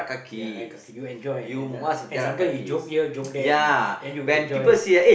ya right kaki you enjoy and sometimes you joke here joke there you know then you enjoy